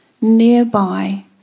nearby